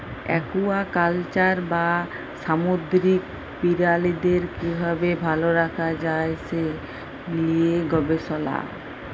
aquaculture বা সামুদ্দিরিক পিরালিদের কিভাবে ভাল রাখা যায় সে লিয়ে গবেসলা